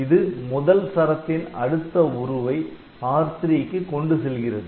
இது முதல் சரத்தின் அடுத்த உருவை R3 க்கு கொண்டு செல்கிறது